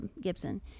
Gibson